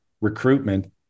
recruitment